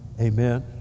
amen